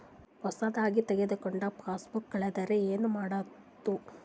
ಹೊಸದಾಗಿ ತೆಗೆದುಕೊಂಡ ಪಾಸ್ಬುಕ್ ಕಳೆದರೆ ಏನು ಮಾಡೋದು?